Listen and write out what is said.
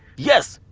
yes,